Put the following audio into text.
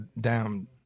down